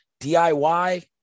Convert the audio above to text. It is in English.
diy